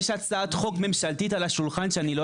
יש הצעת חוק ממשלתית על השולחן שאני לא